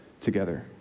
together